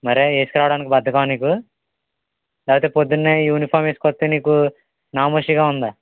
మరే వేసుకురావడానికి బద్ధకమా నీకు లేకపోతే పొద్దునే యూనిఫార్మ్ వేసుకొస్తే నీకు నామోషీగా ఉందా